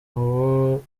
uburemere